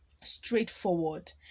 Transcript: straightforward